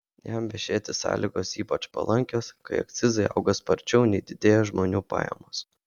jam vešėti sąlygos ypač palankios kai akcizai auga sparčiau nei didėja žmonių pajamos